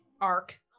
arc